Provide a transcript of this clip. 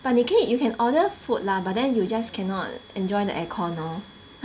but 你可以 you can order food lah but then you just cannot enjoy the aircon lor